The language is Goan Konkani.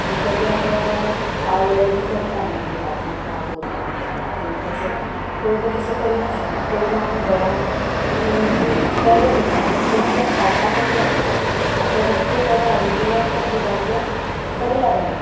आनी तेजे आतां पावडर बी करता न्हू दुदाचो पावडर बी करता आतां तसो पयलू तशें करिनाशिल्ली पयलू आमी घरान दूद पेडे करताली पूण ते खावपाक बरें लागताले आतां विकते पेडे हाडीत जाल्यार ते दुदाचे बरें लागना